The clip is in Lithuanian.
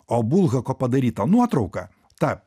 o bulhako padaryta nuotrauka ta